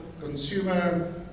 consumer